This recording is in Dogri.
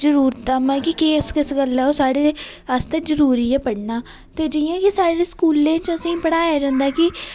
जरूरत ऐ मतलब किस गल्ला ओह् साढ़े आस्तै जरूरी ऐ पढ़ना ते जि'यां कि साढ़े स्कुलें च असेंगी पढ़ाया जंदा कि